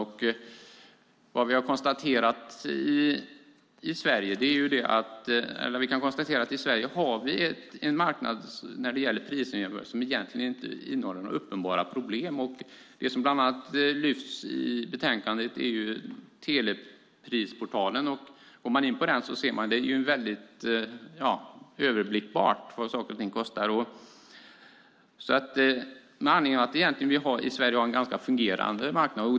Vi kan konstatera att vi i Sverige har en marknad när det gäller prisjämförelser som egentligen inte innehåller några uppenbara problem. Det som bland annat lyfts fram i betänkandet är Telepriskollen. Går man in där ser man att det är väldigt överblickbart vad saker och ting kostar. Vi har alltså i Sverige en ganska fungerande marknad.